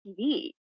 TV